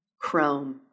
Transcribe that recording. Chrome